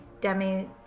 Demi